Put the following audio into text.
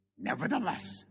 nevertheless